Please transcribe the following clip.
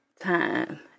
time